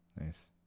nice